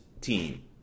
team